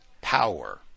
power